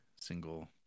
single